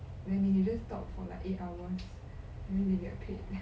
really